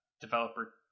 developer